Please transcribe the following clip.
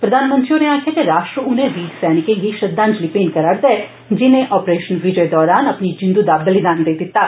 प्रधानमंत्री होरें आक्खेआ जे राष्ट्र उनें वीर सैनिकें गी श्रद्वांजलि मेंट करा'रदा ऐ जिनें आपरेषन विजय दरान अपनी जिंदू दा बलिदान देई दित्ता